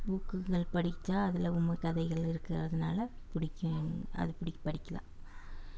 புக்குகள் படித்தா அதில் உண்மை கதைகள் இருக்கறதுனால் பிடிக்கும் எனக் அது பிடிக்கும் படிக்கலாம்